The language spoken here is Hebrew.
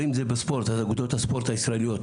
ואם זה בספורט אז אגודות הספורט הישראליות,